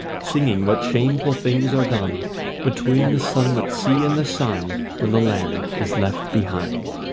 singing what shameful things are done between the sunlit sea and the sun when the land is left behind.